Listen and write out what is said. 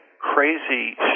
crazy